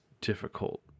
difficult